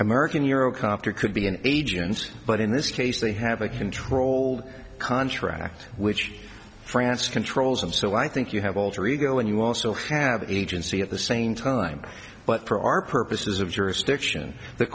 american eurocopter could be an agency but in this case they have a controlled contract which france controls and so i think you have alter ego and you also have agency at the same time but for our purposes of jurisdiction the